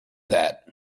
that